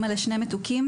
אימא לשני מתוקים,